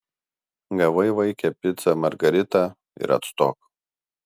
gavai vaike picą margaritą ir atstok